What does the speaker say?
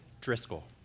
Driscoll